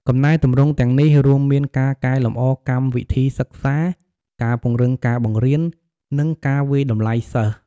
កំណែទម្រង់ទាំងនេះរួមមានការកែលម្អកម្មវិធីសិក្សា ការពង្រឹងការបង្រៀន និងការវាយតម្លៃសិស្ស។